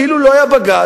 כאילו לא היה בג"ץ,